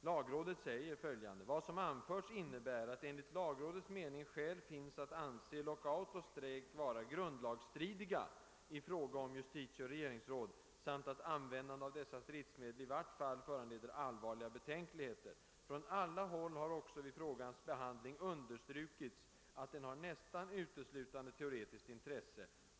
Lagrådet framhåller bland annat följande: >Vad som anförts innebär att enligt lagrådets mening skäl finns att anse lockout och strejk vara grundlagsstridiga i fråga om justitieoch regeringsråd samt att användande av dessa stridsmedel i vart fall föranleder allvarliga betänkligheter. Från alla håll har också vid frågans behandling understrukits att den har nästan uteslutande teoretiskt intresse.